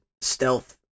stealth